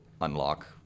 unlock